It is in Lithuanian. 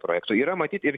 projekto yra matyt ir